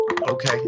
Okay